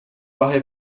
راه